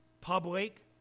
public